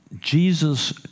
Jesus